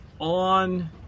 on